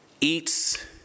eats